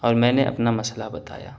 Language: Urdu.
اور میں نے اپنا مسئلہ بتایا